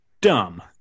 dumb